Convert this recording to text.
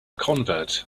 convert